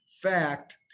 fact